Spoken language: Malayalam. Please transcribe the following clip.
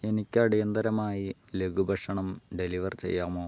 എനിക്ക് അടിയന്തരമായി ലഘു ഭക്ഷണം ഡെലിവർ ചെയ്യാമോ